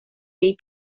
jej